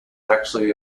actually